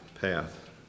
path